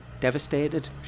Devastated